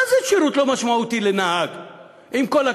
מה זה שירות לא משמעותי של נהג?